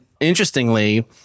Interestingly